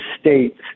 states